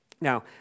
Now